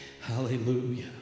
hallelujah